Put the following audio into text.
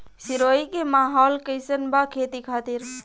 सिरोही के माहौल कईसन बा खेती खातिर?